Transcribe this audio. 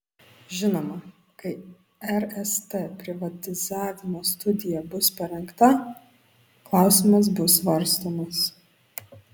žinoma kai rst privatizavimo studija bus parengta klausimas bus svarstomas